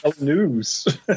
news